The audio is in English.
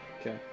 Okay